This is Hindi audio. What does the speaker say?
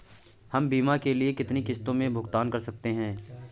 हम बीमा के लिए कितनी किश्तों में भुगतान कर सकते हैं?